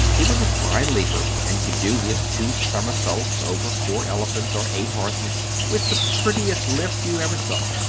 he was a fine leaper, and could do his two somersaults over four elephants or eight horses with the prettiest lift you ever saw.